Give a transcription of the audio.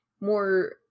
more